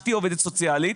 אשתי עובדת סוציאלית.